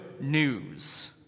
news